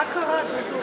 נתקבלה.